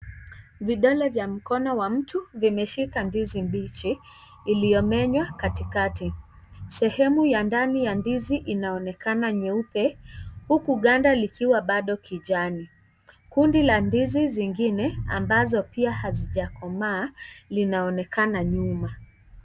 Vidole vya mkono wa mtu vimeshika ndizi mbichi iliyomenywa katikati sehemu ya ndani ya ndizi inaonekana nyeupe huku ganda likiwa bado kijani. Kundi la ndizi zingine ambazo pia hazijakomaa linaonekana nyuma .